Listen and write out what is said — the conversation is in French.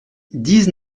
dix